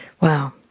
Wow